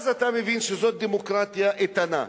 ואז אתה מבין שזו דמוקרטיה איתנה.